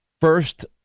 first